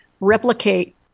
replicate